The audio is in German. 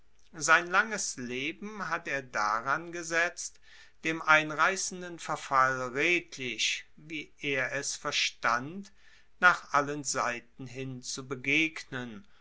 sein langes leben hat er daran gesetzt dem einreissenden verfall redlich wie er es verstand nach allen seiten hin zu begegnen